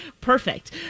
Perfect